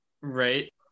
right